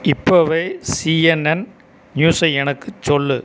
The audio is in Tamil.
இப்போதே சிஎன்என் நியூஸை எனக்கு சொல்லு